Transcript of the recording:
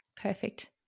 Perfect